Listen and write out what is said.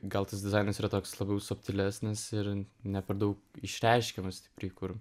gal tas dizainas yra toks labiau subtilesnis ir ne per daug išreiškiamas stipriai kur